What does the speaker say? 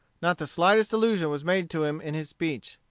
not the slightest allusion was made to him in his speech.